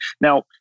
Now